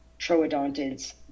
troodontids